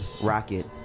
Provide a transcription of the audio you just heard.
rocket